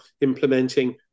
implementing